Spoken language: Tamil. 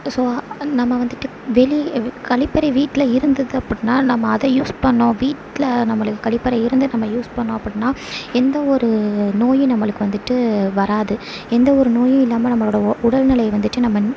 ஸோ நம்ம வந்துட்டு வெளி கழிப்பறை வீட்டில் இருந்துது அப்படின்னா நம்ம அதை யூஸ் பண்ணோம் வீட்டில் நம்மளுக்கு கழிப்பறை இருந்து நம்ம யூஸ் பண்ணோம் அப்படின்னா எந்த ஒரு நோயும் நம்மளுக்கு வந்துவிட்டு வராது எந்த ஒரு நோயும் இல்லாம நம்மளோட ஒ உடல் நிலைய வந்துவிட்டு நம்ப